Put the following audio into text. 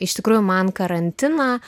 iš tikrųjų man karantiną